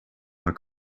are